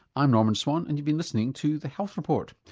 i'm norman swan and you've been listening to the health report.